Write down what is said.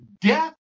death